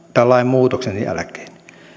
tämän lainmuutoksen jälkeen